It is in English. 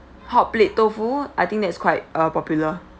hotplate tofu I think that's quite uh popular